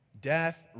Death